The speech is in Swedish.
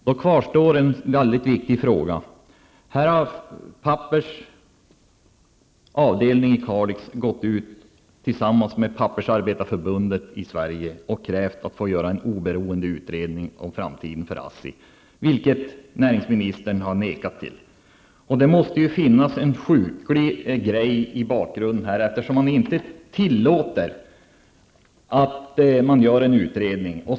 Herr talman! Då kvarstår en mycket viktig fråga. Pappers avdelning i Kalix har gått ut tillsammans med Pappersindustriarbetareförbundet och krävt att få göra en oberoende utredning om ASSIs framtid, något som näringsministern har vägrat tillåta. Det måste vara något sjukligt i bakgrunden när man inte tillåter en utredning.